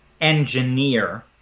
engineer